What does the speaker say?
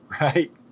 right